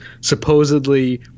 Supposedly